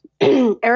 eric